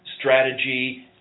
strategy